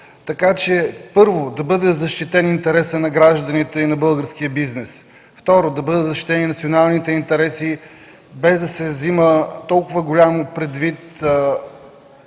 Така че, първо, да бъде защитен интересът на гражданите и на българския бизнес, второ, да бъдат защитени и националните интереси, без да се взимат предвид